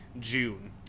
June